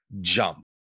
jump